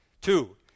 Two